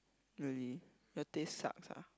really your taste sucks ah